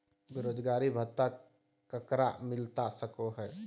बेरोजगारी भत्ता ककरा मिलता सको है?